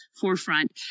forefront